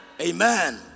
Amen